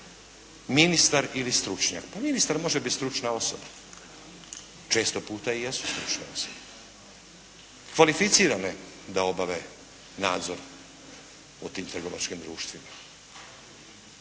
ministar ili stručnjak. Pa ministar može biti stručna osoba. Često puta i jesu stručne osobe kvalificirane da obave nadzor u tim trgovačkim društvima.